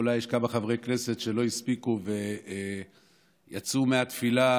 אולי יש כמה חברי כנסת שלא הספיקו ויצאו מהתפילה